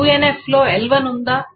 2NF లో L1 ఉందా